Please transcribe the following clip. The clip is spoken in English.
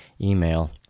email